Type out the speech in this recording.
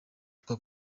twa